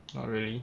not really